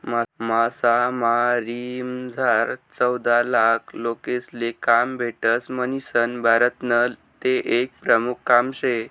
मासामारीमझार चौदालाख लोकेसले काम भेटस म्हणीसन भारतनं ते एक प्रमुख काम शे